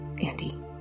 Andy